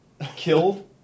killed